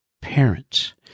parents